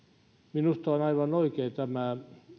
minusta on aivan oikein tämä